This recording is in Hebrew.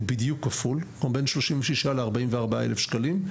הוא בדיוק כפול והוא בין 36,000 ל-44,000 שקלים,